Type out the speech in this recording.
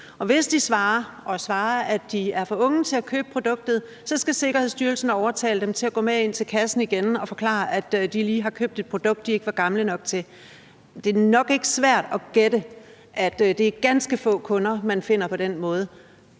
hvis kunden svarer, at vedkommende er for ung til at købe produktet, så skal Sikkerhedsstyrelsen overtale kunden til at gå med ind til kassen igen og forklare, at kunden lige har købt et produkt, som kunden ikke var gammel nok til at måtte købe. Det er nok ikke svært at gætte, at det er ganske få kunder, man finder på den måde.